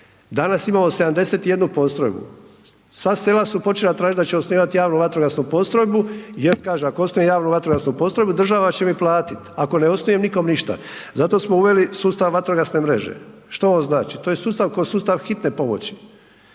danas imamo 71 postrojbu. Sva sela su počela tražiti da će osnivati javnu vatrogasnu postrojbu jer kažu ako osnuju javnu vatrogasnu postrojbu država će mi platiti, ako ne osnujem nikom ništa. Zato smo uveli sustav vatrogasne mreže. Što on znači? To je sustav kao sustav hitne pomoći.